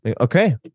Okay